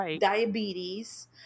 diabetes